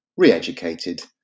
Reeducated